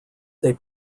they